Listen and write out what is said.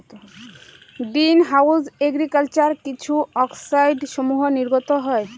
green house agriculture কিছু অক্সাইডসমূহ নির্গত হয়